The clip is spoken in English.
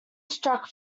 struck